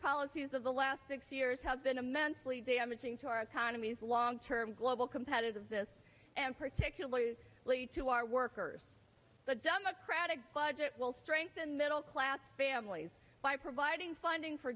policies of the last six years have been immensely damaging to our economies long term global competitiveness and particularly lee to our workers the democratic budget will strengthen middle class families by providing funding for